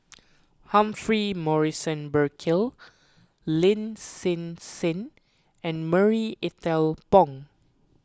Humphrey Morrison Burkill Lin Hsin Hsin and Marie Ethel Bong